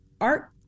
Art